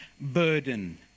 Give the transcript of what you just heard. burden